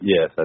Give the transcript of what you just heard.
Yes